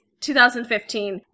2015